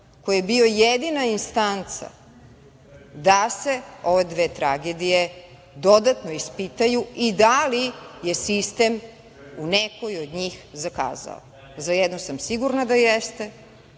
koji je bio jedina instanca da se ove dve tragedije dodatno ispitaju i da li je sistem u nekoj od njih zakazao.Za jedno sam siguran da jeste,